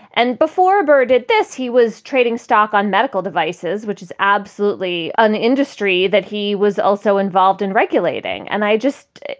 and before byrd did this, he was trading stock on medical devices, which is absolutely an industry that he was also involved in regulating. and i just